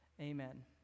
amen